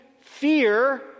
fear